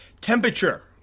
Temperature